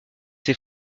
ses